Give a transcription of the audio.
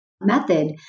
method